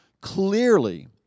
clearly